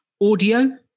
audio